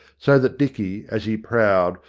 so that dicky, as he prowled,